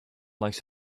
likes